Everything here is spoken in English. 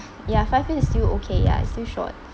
ya five years is still okay ya it's still short